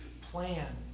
Plan